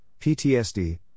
PTSD